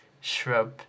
shrub